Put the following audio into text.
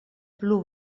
plu